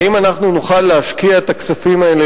האם אנחנו נוכל להשקיע את הכספים האלה